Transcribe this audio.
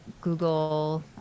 Google